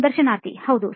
ಸಂದರ್ಶನಾರ್ಥಿ ಹೌದು